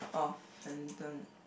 oh phantom